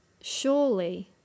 surely